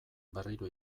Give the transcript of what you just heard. berriro